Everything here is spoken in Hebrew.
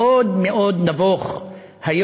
איזה מזל שיש לנו אותך.